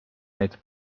näitab